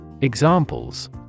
Examples